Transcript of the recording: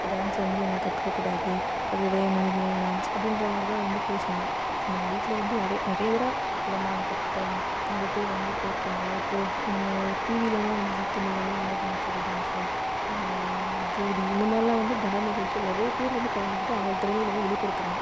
இந்த டான்ஸ் வந்து நம்ம கற்றுக்கக் கூடாது அது வேணாம் இது வேணாம் அப்படின்ற மாதிரி தான் வந்து பேசுனாங்க ஸோ வீட்டில் வந்து நிறைய நிறைய தடவை இல்லைம்மா நான் கற்றுக்கிறேன் நிறைய பேர் வந்து போய்ருக்காங்க இப்போது நம்ம டிவியிலல்லாம் வந்து ஜீ தமிழ்லல்லாம் வந்து டான்ஸ் ஜோடி டான்ஸு ஜோடி இந்த மாதிரிலாம் வந்து நடன நிகழ்ச்சிகள் நிறைய பேர் வந்து கலந்துக்கிட்டு அவங்களுடைய திறமைகளை வந்து வெளிப்படுத்துகிறாங்க